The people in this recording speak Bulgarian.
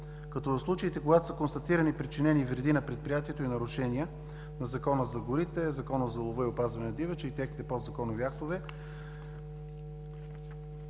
като в случаите, когато са констатирани причинени вреди на предприятието и нарушения на Закона за горите, Закона за лова и опазване на дивеча и техните подзаконови актове